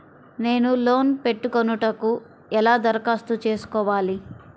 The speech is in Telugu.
నేను లోన్ పెట్టుకొనుటకు ఎలా దరఖాస్తు చేసుకోవాలి?